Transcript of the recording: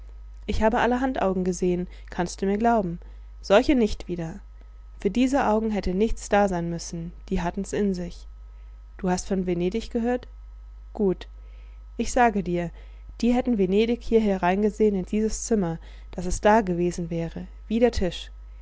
ich habe allerhand augen gesehen kannst du mir glauben solche nicht wieder für diese augen hätte nichts da sein müssen die hattens in sich du hast von venedig gehört gut ich sage dir die hätten venedig hier hereingesehen in dieses zimmer daß es da gewesen wäre wie der tisch